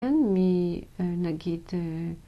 אני, אה, נגיד